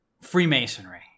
Freemasonry